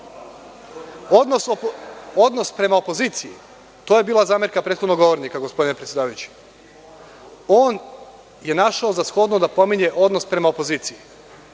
prema opoziciji je bila zamerka prethodnog govornika, gospodine predsedavajući. On je našao za shodno da pominje odnos prema opoziciji.